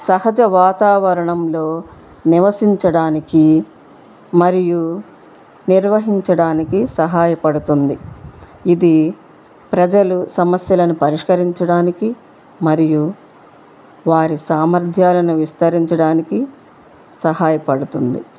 సహజ వాతావరణంలో నివసించడానికి మరియు నిర్వహించడానికి సహాయపడుతుంది ఇది ప్రజలు సమస్యలను పరిష్కరించడానికి మరియు వారి సామర్ధ్యాలను విస్తరించడానికి సహాయపడుతుంది